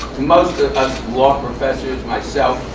most of us law professors myself,